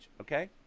okay